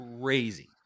crazy